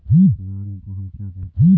रागी को हम क्या कहते हैं?